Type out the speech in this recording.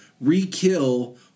re-kill